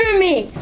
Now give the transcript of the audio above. me